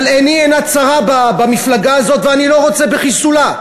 אבל עיני אינה צרה במפלגה הזאת ואני לא רוצה בחיסולה.